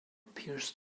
pierced